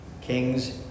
kings